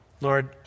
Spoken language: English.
Lord